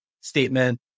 statement